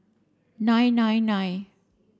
nine nine nine